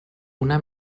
una